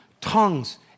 tongues